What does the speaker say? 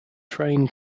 train